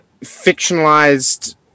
fictionalized